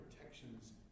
protections